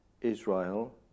Israel